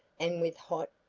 and with hot,